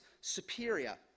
superior